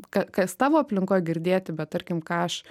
ka kas tavo aplinkoj girdėti bet tarkim ką aš